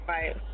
Right